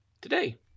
Today